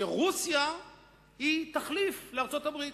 שרוסיה היא תחליף לארצות-הברית.